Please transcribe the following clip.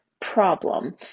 problem